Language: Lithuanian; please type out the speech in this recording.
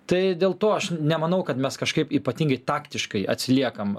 tai dėl to aš nemanau kad mes kažkaip ypatingai taktiškai atsiliekam